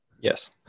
yes